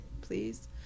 Please